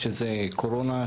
שזה קורונה,